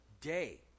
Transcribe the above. day